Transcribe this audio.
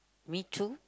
me too